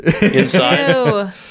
inside